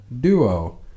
duo